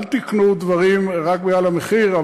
אל תקנו דברים רק בגלל המחיר.